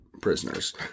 prisoners